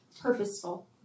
purposeful